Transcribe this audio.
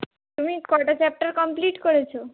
তুমি কটা chapter complete করেছো